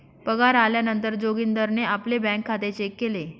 पगार आल्या नंतर जोगीन्दारणे आपले बँक खाते चेक केले